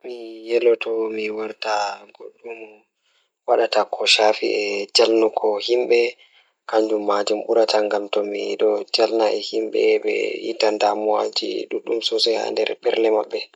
Mi yeloto mi warta goɗɗo So tawii miɗo waɗa jaɓde kala ngal ɗiɗi, mi waɗataa jaɓde waɗude comedian. Ko ndee, njiddaade comedian ngal o waawataa haɗtude ngal njillaare ngam njiddude yimɓe ngal njam e jammaaji ngal. Miɗo waawataa waɗude njam ngam waɗude suɓol e ngal rewɓe ngal waɗtude heɓa ɗon fiyaangu.